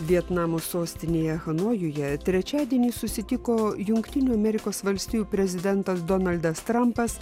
vietnamo sostinėje hanojuje trečiadienį susitiko jungtinių amerikos valstijų prezidentas donaldas trampas